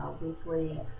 weekly